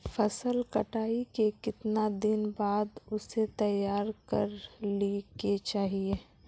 फसल कटाई के कीतना दिन बाद उसे तैयार कर ली के चाहिए?